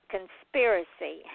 Conspiracy